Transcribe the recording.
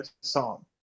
song